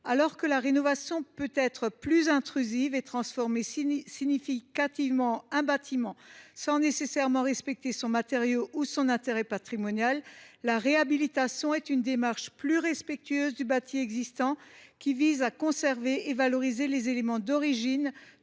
Alors que la rénovation peut être plus intrusive et transformer significativement un bâtiment, sans nécessairement respecter son matériau ou son intérêt patrimonial, la réhabilitation est une démarche plus respectueuse du bâti existant, qui vise à conserver et à valoriser les éléments d’origine,